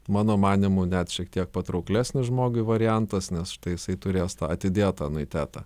mano manymu net šiek tiek patrauklesnis žmogui variantas nes štai jisai turės tą atidėtą anuitetą